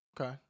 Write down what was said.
Okay